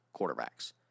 quarterbacks